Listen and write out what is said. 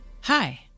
Hi